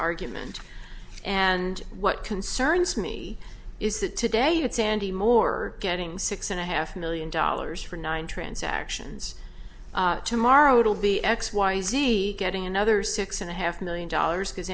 argument and what concerns me is that today at sandy moore getting six and a half million dollars for nine transactions tomorrow it'll be x y z getting another six and a half million dollars because